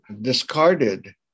discarded